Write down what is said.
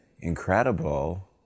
incredible